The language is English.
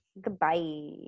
goodbye